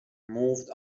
moved